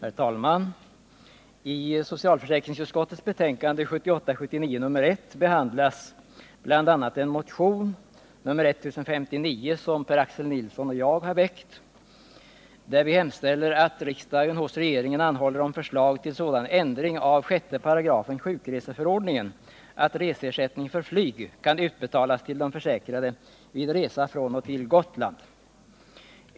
Herr talman! I socialförsäkringsutskottets betänkande 1978/79:1 behandlas bl.a. en motion, nr 1059, som Per-Axel Nilsson och jag har väckt. I den hemställer vi att riksdagen hos regeringen anhåller om förslag till sådan ändring av 6 § sjukreseförordningen att reseersättning för flyg kan utbetalas till de försäkrade vid resa från och till Gotland.